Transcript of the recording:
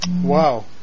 Wow